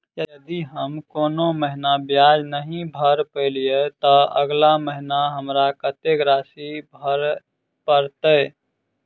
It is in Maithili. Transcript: यदि हम कोनो महीना ब्याज नहि भर पेलीअइ, तऽ अगिला महीना हमरा कत्तेक राशि भर पड़तय?